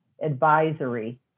advisory